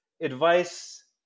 advice